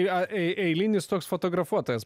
jei eilinis toks fotografuotojas